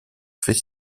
fait